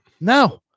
No